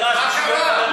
מה קרה?